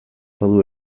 badu